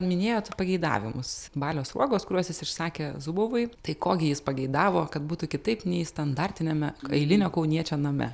minėjot pageidavimus balio sruogos kuriuos jis išsakė zubovai tai kogi jis pageidavo kad būtų kitaip nei standartiniame eilinio kauniečio name